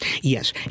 Yes